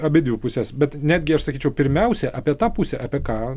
abidvi pusės bet netgi aš sakyčiau pirmiausia apie tą pusę apie ką